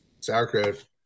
Sauerkraut